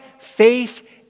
faith